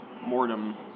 mortem